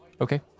Okay